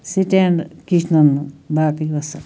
stand کِچنَن منٛز باقٕے وَالسلام